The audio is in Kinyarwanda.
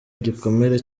igikomere